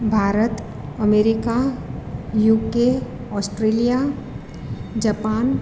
Bharat America UK Australia Japan